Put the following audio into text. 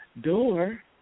door